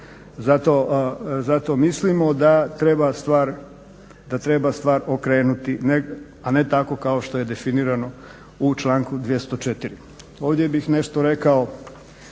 Zato mislimo da treba stvar okrenuti a ne tako kao što je definirano u članku 204. Ovdje bih nešto rekao